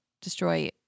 destroy